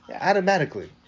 automatically